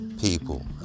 people